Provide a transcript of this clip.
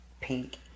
Pink